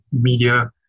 media